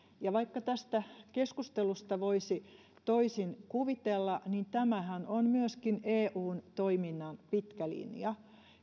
ja vaikka tästä keskustelusta voisi toisin kuvitella niin tämähän on myöskin eun toiminnan pitkä linja